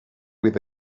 with